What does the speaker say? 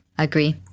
Agree